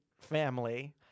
family